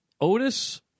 Otis